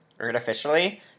artificially